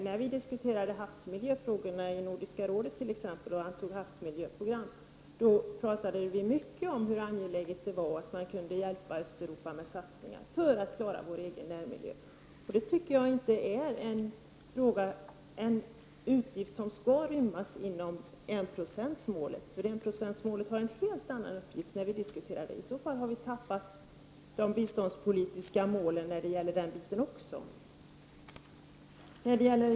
När havsmiljöfrågorna diskuterades i Nordiska rådet och havsmiljöprogrammet antogs, talade vi mycket om hur angeläget det var att hjälpa Östeuropa med satsningar för att vår egen närmiljö skall kunna klaras. Så därför är inte detta en utgift som skall rymmas inom enprocentsmålet, som har en helt annan uppgift att fylla. I så fall har vi tappat de biståndspolitiska målen också när det gäller den biten.